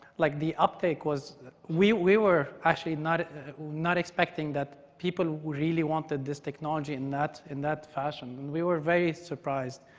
like the uptake was we we were actually not not expecting that people really wanted this technology in that in that fashion. and we were very surprised.